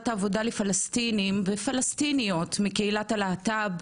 העבודה לפלסטינים ופלסטיניות מקהילת הלהט"ב,